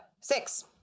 six